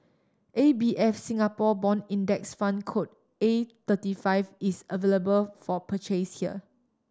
A B F Singapore Bond Index Fund code A thirty five is available for purchase here